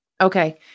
Okay